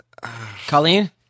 Colleen